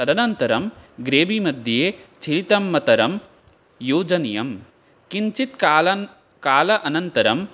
तदनन्तरं ग्रेवी मध्ये शीतं मतरं योजनीयं किञ्चित् कालन् कालानन्तरं